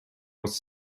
was